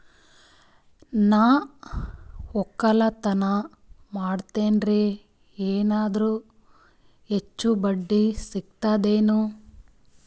ನಾ ಒಕ್ಕಲತನ ಮಾಡತೆನ್ರಿ ಎನೆರ ಹೆಚ್ಚ ಬಡ್ಡಿ ಸಿಗತದೇನು?